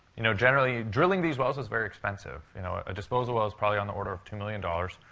you know, generally drilling these wells is very expensive. you know, a disposal well is probably on the order of two million dollars.